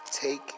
Take